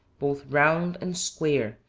both round and square,